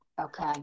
Okay